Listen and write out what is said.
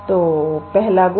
तो पहला गुण